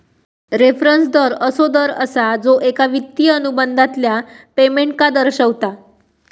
reference दर असो दर असा जो एक वित्तिय अनुबंधातल्या पेमेंटका दर्शवता